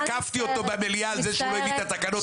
אני מצטערת.